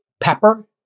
pepper